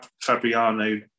Fabriano